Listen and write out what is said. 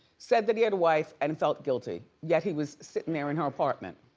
said that he had wife and felt guilty. yet, he was sitting there in her apartment.